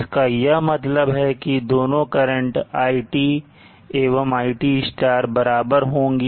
इसका यह मतलब है कि दोनों करंट iT एवं iT बराबर होंगी